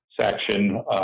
section